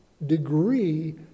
degree